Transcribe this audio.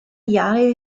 jahre